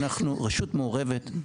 אנחנו רשות מעורבת,